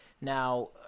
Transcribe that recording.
Now